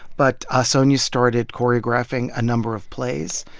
but ah sonya started choreographing a number of plays,